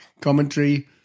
commentary